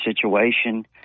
situation